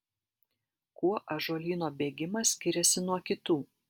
kuo ąžuolyno bėgimas skiriasi nuo kitų